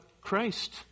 Christ